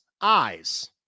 eyes